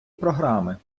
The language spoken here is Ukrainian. програми